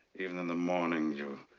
even in the morning, you.